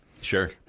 Sure